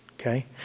okay